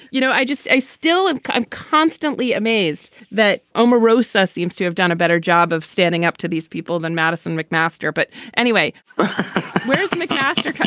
you know i just i still i'm i'm constantly amazed that omarosa seems to have done a better job of standing up to these people than madison mcmaster. but anyway where's mcmaster.